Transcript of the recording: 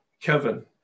Kevin